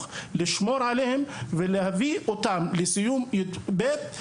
ולשמור אותם בתוך המסגרת עד שיסיימו כיתה י״ב.